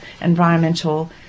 environmental